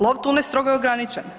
Lov tune strogo je ograničen.